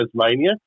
Tasmania